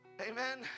amen